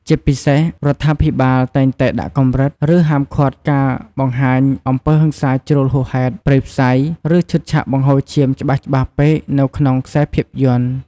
ជាពិសេស រដ្ឋាភិបាលតែងតែដាក់កម្រិត ឬហាមឃាត់ការបង្ហាញអំពើហិង្សាជ្រុលហួសហេតុ ព្រៃផ្សៃ ឬឈុតឆាកបង្ហូរឈាមច្បាស់ៗពេកនៅក្នុងខ្សែភាពយន្ត។